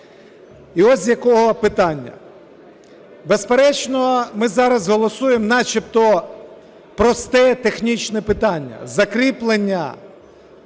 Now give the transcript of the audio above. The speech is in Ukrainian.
і ось з якого питання. Безперечно, ми зараз голосуємо начебто просте технічне питання – закріплення